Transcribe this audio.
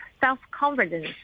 self-confidence